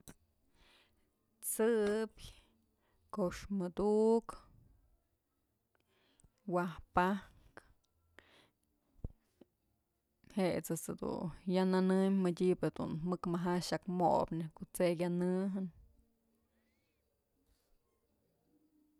T'sëbyë, ko'omëduk, waj pajkë, je'e ëjt's jedun ya nënëm mëdyëbë dun mëk maja yak mobë neyj ko'o t'sey kanëjën.